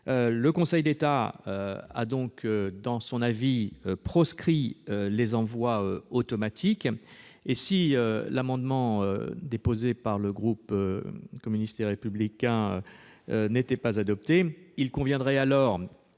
Le Conseil d'État a donc, dans son avis, proscrit les envois automatiques. Si l'amendement déposé par le groupe communiste républicain citoyen et écologiste n'était pas adopté, il conviendrait alors